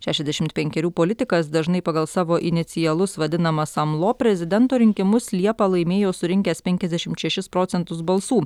šešiašdešimt penkerių politikas dažnai pagal savo inicialus vadinamas samlo prezidento rinkimus liepą laimėjo surinkęs penkiasdešimt šešis procentus balsų